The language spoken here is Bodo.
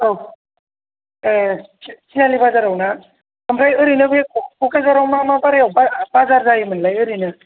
औ ए तिनालि बाजाराव ना ओमफ्राय ओरैनो बे क'क्राझाराव मा मा बारायाव बाजार जायोमोनलाय ओरैनो